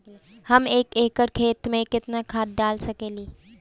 हम एक एकड़ खेत में केतना खाद डाल सकिला?